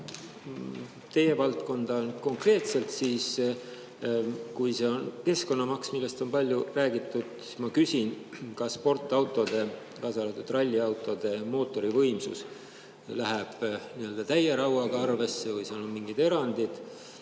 teie valdkonda konkreetselt, siis kui see on keskkonnamaks, nagu on palju räägitud, siis ma küsin: kas sportautode, kaasa arvatud ralliautode mootori võimsus läheb täie rauaga arvesse või on seal mingid erandid